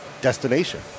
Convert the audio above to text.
destination